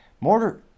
Mortar